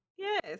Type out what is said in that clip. Yes